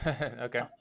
Okay